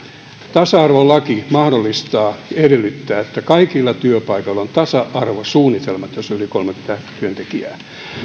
tasa arvolaki mahdollistaa ja edellyttää että kaikilla työpaikoilla on tasa arvosuunnitelma jos on yli kolmekymmentä työntekijää